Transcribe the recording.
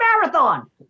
marathon